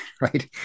right